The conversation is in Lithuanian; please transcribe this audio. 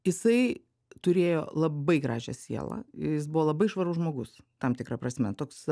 jisai turėjo labai gražią sielą jis buvo labai švarus žmogus tam tikra prasme toks